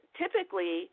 typically